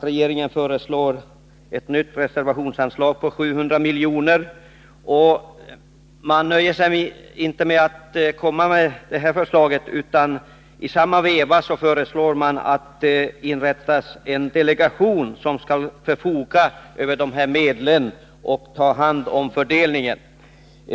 Regeringen föreslår ett nytt reservationsanslag på 700 milj.kr. Regeringen nöjer sig inte med detta förslag utan föreslår i samma veva inrättandet av en delegation, som skall förfoga över dessa medel och ta hand om fördelningen.